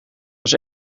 was